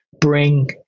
bring